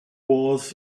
was